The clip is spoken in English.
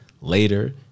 later